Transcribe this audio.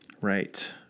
Right